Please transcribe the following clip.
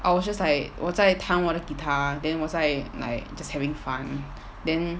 I was just like 我在弹我的 guitar then 我在 like just having fun then